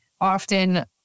often